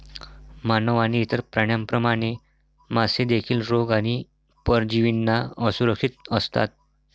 मानव आणि इतर प्राण्यांप्रमाणे, मासे देखील रोग आणि परजीवींना असुरक्षित असतात